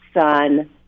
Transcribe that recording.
son